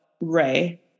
Ray